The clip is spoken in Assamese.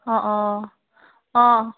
অঁ অঁ অঁ